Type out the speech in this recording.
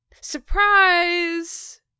surprise